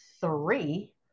three